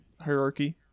hierarchy